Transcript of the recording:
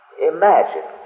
Imagine